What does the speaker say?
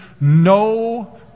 no